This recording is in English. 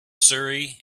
surrey